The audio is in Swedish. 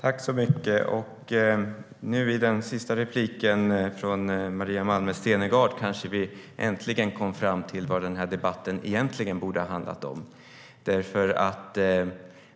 Fru talman! I det sista inlägget från Maria Malmer Stenergard kanske vi äntligen kom fram till vad den här debatten egentligen borde ha handlat om.